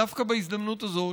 דווקא בהזדמנות הזאת,